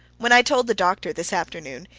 when i told the doctor this afternoon,